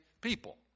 people